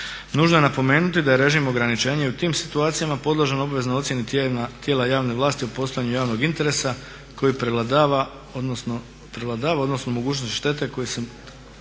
Nužno je napomenuti da je režim ograničenja i u tim situacijama podložan obveznoj ocjeni tijela javne vlasti o postojanju javnog interesa koji prevladava odnosno …/Govornik se